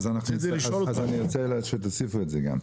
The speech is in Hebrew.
אז אני רוצה להוסיף גם את זה.